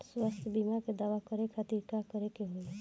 स्वास्थ्य बीमा के दावा करे के खातिर का करे के होई?